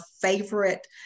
favorite